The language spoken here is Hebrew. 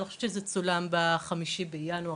אני לא חושבת שזה צולם ב-5 לינואר,